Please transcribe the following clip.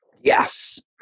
Yes